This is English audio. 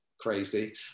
crazy